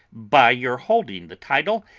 by your holding the title,